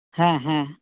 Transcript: ᱦᱮᱸ ᱦᱮᱸ